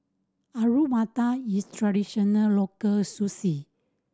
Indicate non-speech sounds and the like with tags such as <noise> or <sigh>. Alu Matar is a traditional local <unintelligible>